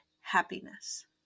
happiness